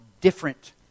different